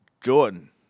Jordan